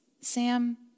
Sam